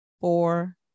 four